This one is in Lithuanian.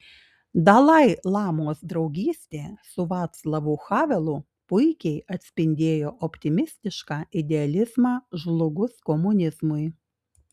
dalai lamos draugystė su vaclavu havelu puikiai atspindėjo optimistišką idealizmą žlugus komunizmui